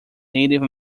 native